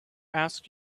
asked